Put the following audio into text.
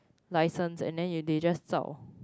license and then they just start 早